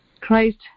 Christ